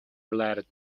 related